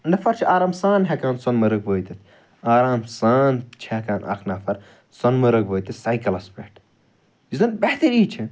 نفر چھُ آرام سان ہیٚکان سۄنہٕ مرگ وٲتِتھ آرام سان چھُ ہیٚکان اکھ نفر سۄنہٕ مرگ وٲتِتھ سایکَلَس پٮ۪ٹھ یُس زن بہتری چھِ